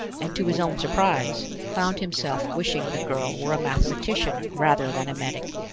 and to his own surprise, found himself wishing the girl were a mathematician rather than a medic.